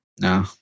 No